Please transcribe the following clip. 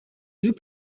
deux